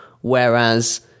Whereas